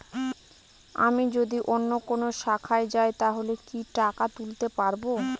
আমি যদি অন্য কোনো শাখায় যাই তাহলে কি টাকা তুলতে পারব?